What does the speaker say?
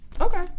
Okay